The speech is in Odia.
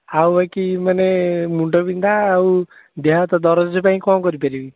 ଆଉ ବାକି ମାନେ ମୁଣ୍ଡବିନ୍ଧା ଆଉ ଦେହ ହାତ ଦରଜ ପାଇଁ କ'ଣ କରିପାରିବି